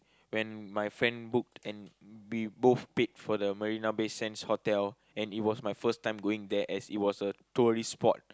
when my friend booked and we both paid for the Marina-Bay-Sands hotel and it was my first time going there as it was a tourist spot